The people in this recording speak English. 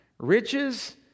Riches